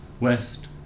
west